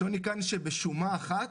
השוני כאן ששומה אחת